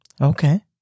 Okay